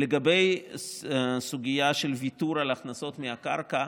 לגבי הסוגיה של ויתור על ההכנסות מהקרקע,